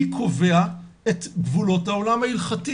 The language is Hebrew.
מי קובע את גבולות העולם ההלכתי